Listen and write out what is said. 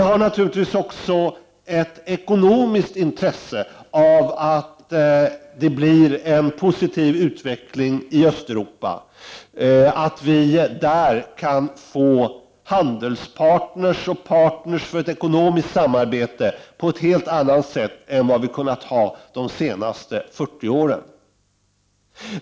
Vi har naturligtvis också ett ekonomiskt intresse av att det blir en positiv utveckling i Östeuropa, så att vi där kan få handelspartner och partner för ett ekonomiskt samarbete på ett helt annat sätt än vad vi har kunnat ha under de senaste fyrtio åren.